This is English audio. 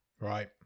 Right